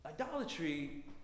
idolatry